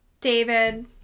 David